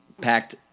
packed